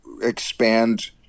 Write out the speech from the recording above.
expand